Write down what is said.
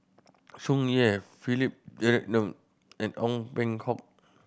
Tsung Yeh Philip Jeyaretnam and Ong Peng Hock